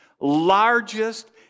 largest